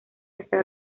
está